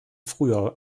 früher